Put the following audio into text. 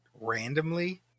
randomly